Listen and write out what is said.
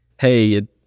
hey